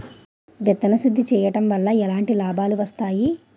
విత్తన శుద్ధి చేయడం వల్ల ఎలాంటి లాభాలు వస్తాయి?